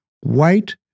white